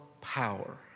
power